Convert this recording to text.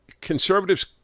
conservatives